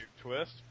twist